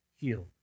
healed